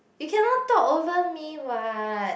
you cannot talk over me what